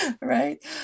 right